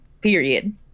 Period